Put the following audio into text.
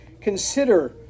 consider